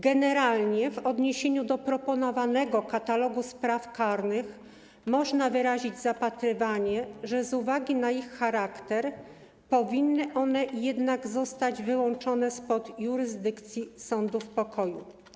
Generalnie w odniesieniu do proponowanego katalogu spraw karnych można wyrazić zapatrywanie, że z uwagi na ich charakter powinny one jednak zostać wyłączone spod jurysdykcji sądów pokoju.